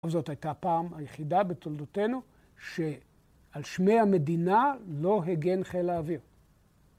זאת הייתה פעם היחידה בתולדותינו שעל שמי המדינה לא הגן חיל האוויר.